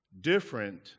different